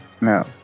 No